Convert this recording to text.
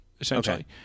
essentially